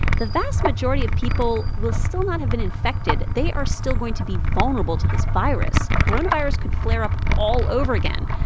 the vast majority of people will still not have been infected. they are still going to be vulnerable to this virus. coronavirus could flare up all over again.